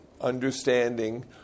understanding